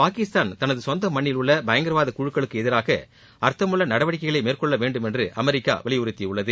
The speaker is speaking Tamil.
பாகிஸ்தான் தனது சொந்த மண்ணில் உள்ள பயங்கரவாத குழுக்களுக்கு எதிராக அர்த்தமுள்ள நடவடிக்கைகளை மேற்கொள்ள வேண்டும் என்று அமெரிக்கா வலியுறுத்தியுள்ளது